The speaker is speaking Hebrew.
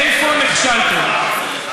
איפה נכשלתם?